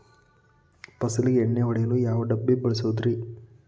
ಫಸಲಿಗೆ ಎಣ್ಣೆ ಹೊಡೆಯಲು ಯಾವ ಡಬ್ಬಿ ಬಳಸುವುದರಿ?